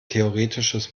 theoretisches